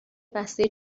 بسته